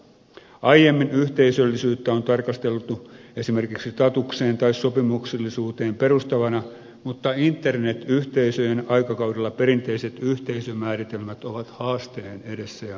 aiemmin yhteisöllisyyttä on tarkasteltu esimerkiksi statukseen tai sopimuksellisuuteen perustuvana mutta internetyhteisöjen aikakaudella perinteiset yhteisömääritelmät ovat haasteen edessä ja muuttuneet